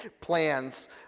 plans